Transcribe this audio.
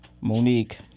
Monique